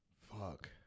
Fuck